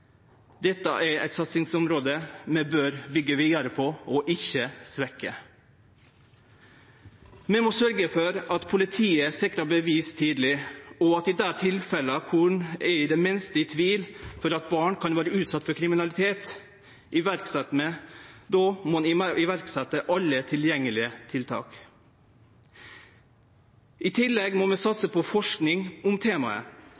Dette er eit satsingsområde vi bør byggje vidare på, og ikkje svekkje. Vi må sørgje for at politiet sikrar bevis tidleg, og at ein i dei tilfella kor ein er det minste i tvil om at eit barn kan vere utsett for kriminalitet, må setje i verk alle tilgjengelege tiltak. I tillegg må vi satse på forsking om temaet